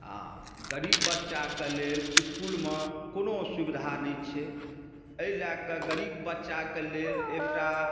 आओर गरीब बच्चाके लेल इसकुलमे कोनो सुविधा नहि छै एहि लऽ कऽ गरीब बच्चाके लेल एकटा